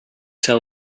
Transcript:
sell